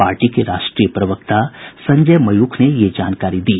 party के राष्ट्रीय प्रवक्ता संजय मयूख ने यह जानकारी दी